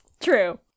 true